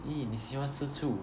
!ee! 你喜欢吃醋